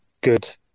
good